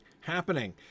happening